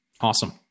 Awesome